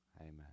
Amen